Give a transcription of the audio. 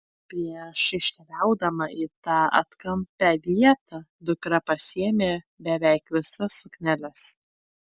prieš iškeliaudama į tą atkampią vietą dukra pasiėmė beveik visas sukneles